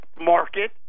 market